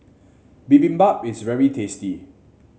bibimbap is very tasty